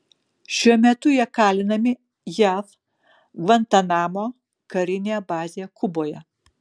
šiuo metu jie kalinami jav gvantanamo karinėje bazėje kuboje